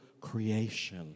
creation